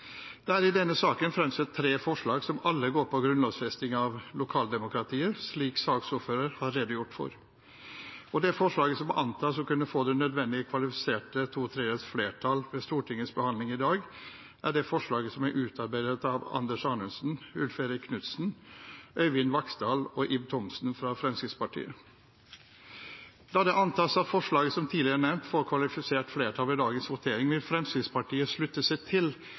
lokaldemokratiet, slik saksordføreren har redegjort for. Det forslaget som må antas å kunne få det nødvendige, kvalifiserte to tredjedels flertallet ved Stortingets behandling i dag, er det forslaget som er utarbeidet av de tidligere stortingsrepresentantene Anders Anundsen, Ulf Erik Knudsen og Øyvind Vaksdal og nåværende stortingsrepresentant Ib Thomsen, alle fra Fremskrittspartiet. Da det antas – som tidligere nevnt – at forslaget får kvalifisert flertall ved dagens votering, vil Fremskrittspartiet slutte seg til